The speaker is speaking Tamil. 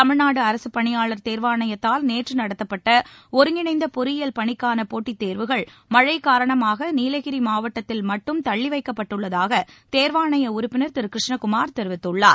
தமிழ்நாடு அரசுப் பணியாளர் தேர்வாணையத்ததால் நேற்று நடத்தப்பட்ட ஒருங்கிணைந்த பொறியியல் பணிக்கான போட்டித் தேர்வுகள் மழை காரணமாக நீலகிரி மாவட்டத்தில் மட்டும் தள்ளி வைக்கப்பட்டுள்ளதாக தேர்வாணைய உறுப்பினர் திரு கிருஷ்ணகுமார் தெரிவித்துள்ளார்